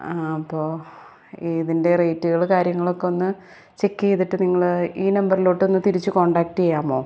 ആ അപ്പോൾ ഇതിൻ്റെ റേറ്റുകൾ കാര്യങ്ങളൊക്കെ ഒന്ന് ചെക്ക് ചെയ്തിട്ട് നിങ്ങൾ ഈ നമ്പറിലോട്ട് ഒന്ന് തിരിച്ച് കോൺടാക്റ്റ് ചെയ്യാമോ